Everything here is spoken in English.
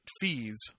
fees